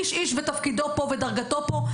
איש-איש ותפקידו ודרגתו פה,